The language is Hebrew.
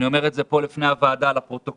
אני אומר את זה פה לפני הוועדה, לפרוטוקול,